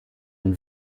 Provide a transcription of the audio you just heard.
and